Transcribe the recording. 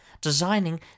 designing